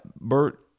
Bert